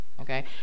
Okay